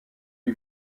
lui